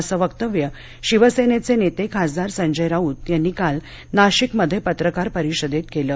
असं वक्तव्य शिवसेनेचे नेते खासदार संजय राऊत यांनी काल नाशिकमध्ये पत्रकार परिषदेत केलं